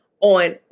on